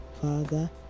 Father